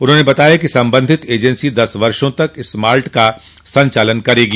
उन्होंने बताया कि संबंधित एजेंसी दस वर्षो तक इस माल्ट का संचालन करेगी